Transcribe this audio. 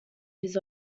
his